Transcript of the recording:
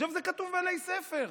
זה כתוב עלי ספר.